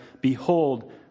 Behold